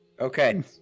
Okay